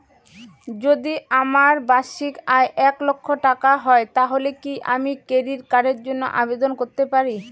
যদি আমার বার্ষিক আয় এক লক্ষ টাকা হয় তাহলে কি আমি ক্রেডিট কার্ডের জন্য আবেদন করতে পারি?